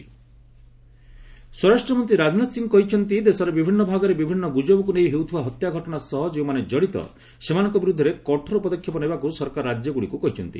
LS Rajnath ସ୍ୱରାଷ୍ଟ୍ରମନ୍ତ୍ରୀ ରାଜନାଥ ସିଂ କହିଛନ୍ତି ଦେଶରେ ବିଭିନ୍ନ ଭାଗରେ ବିଭିନ୍ନ ଗ୍ରଜବକ୍ ନେଇ ହେଉଥିବା ହତ୍ୟା ଘଟଣା ସହ ଯେଉଁମାନେ କଡିତ ସେମାନଙ୍କ ବିରୃଦ୍ଧରେ କଠୋର ପଦକ୍ଷେପ ନେବାକୁ ସରକାର ରାଜ୍ୟଗ୍ରଡିକ୍ କହିଛନ୍ତି